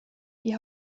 die